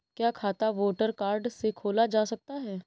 क्या खाता voter card से खोला जा सकता है?